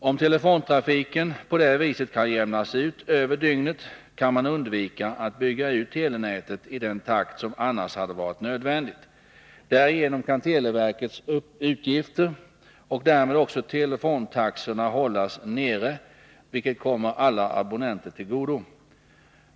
Om telefontrafiken på det viset kan jämnas ut över dygnet, kan man undvika att bygga ut telenätet i den takt som annars hade varit nödvändig. Därigenom kan televerkets utgifter och därmed också telefontaxorna hållas nere, vilket kommer alla abonnenter till godo.